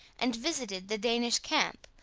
and visited the danish camp,